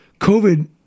COVID